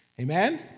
Amen